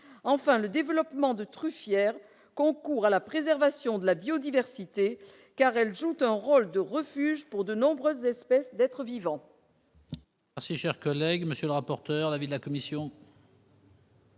Enfin, le développement de truffières concourt à la préservation de la biodiversité, car elles jouent un rôle de refuge pour de nombreuses espèces d'êtres vivants.